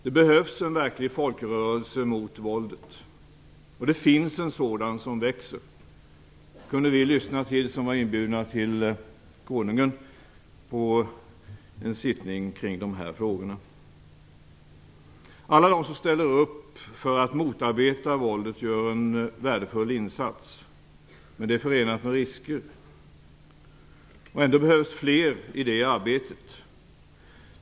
Det behövs en verklig folkrörelse mot våldet, och det finns en sådan som växer. Det kunde vi höra som var inbjudna till konungen på en sittning kring de här frågorna. Alla de som ställer upp för att motarbeta våldet gör en värdefull insats, men det är förenat med risker. Ändå behövs fler i det arbetet.